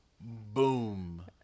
Boom